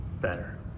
better